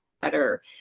better